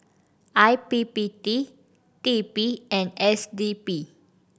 I P P T T P and S D P